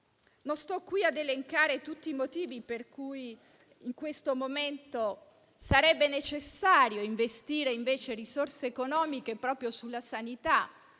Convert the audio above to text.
Non sto qui ad elencare tutti i motivi per cui in questo momento sarebbe necessario investire risorse economiche proprio sulla sanità.